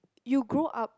you grow up